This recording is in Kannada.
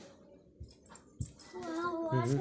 ಎಷ್ಟ ತರಹದ ವಿಮಾ ಇರ್ತಾವ ಸಲ್ಪ ಮಾಹಿತಿ ಬೇಕಾಗಿತ್ರಿ